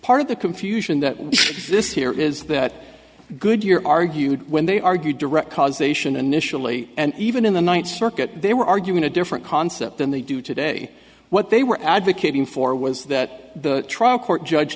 part of the confusion that this here is that goodyear argued when they argued direct causation initially and even in the ninth circuit they were arguing a different concept than they do today what they were advocating for was that the trial court judge